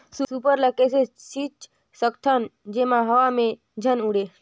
Super ल कइसे छीचे सकथन जेमा हवा मे झन उड़े?